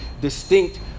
distinct